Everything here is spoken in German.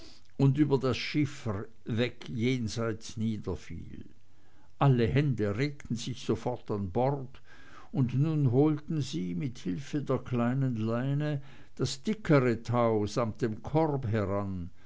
und über das schiff hinweg jenseits niederfiel alle hände regten sich sofort an bord und nun holten sie mit hilfe der kleinen leine das dickere tau samt dem korb heran